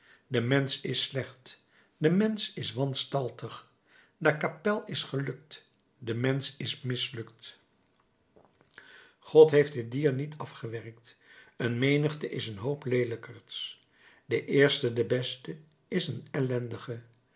de mensch is slecht de mensch is wanstaltig de kapel is gelukt de mensch is mislukt god heeft dit dier niet afgewerkt een menigte is een hoop leelijkerds de eerste de beste is een ellendige